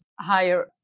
higher